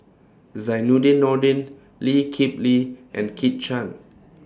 Zainudin Nordin Lee Kip Lee and Kit Chan